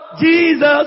Jesus